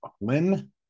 Lynn